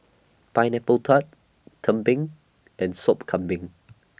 Pineapple Tart Tumpeng and Sop Kambing